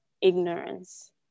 ignorance